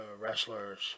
wrestlers